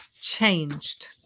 changed